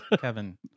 Kevin